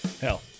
hell